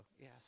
yes